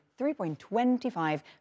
$3.25